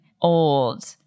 old